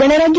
ಗಣರಾಜ್ಯ